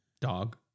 dog